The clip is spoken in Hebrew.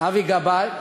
אבי גבאי,